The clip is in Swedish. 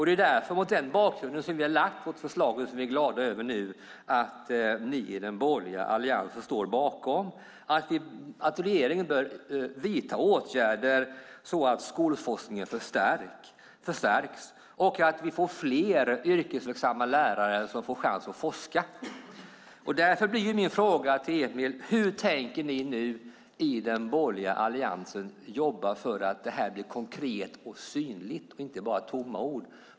Det är mot den bakgrunden vi har lagt fram vårt förslag, som vi nu är glada över att ni i den borgerliga alliansen står bakom, att regeringen bör vidta åtgärder så att skolforskningen förstärks och vi får flera yrkesverksamma lärare som får chans att forska. Därför blir min fråga till Emil: Hur tänker ni i den borgerliga alliansen jobba för att det här blir konkret och synligt och inte bara tomma ord?